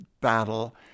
battle